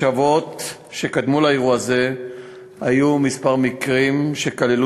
בשבועות שקדמו לאירוע זה היו כמה מקרים שכללו